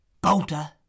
Bolter